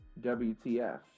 WTF